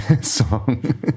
song